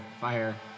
fire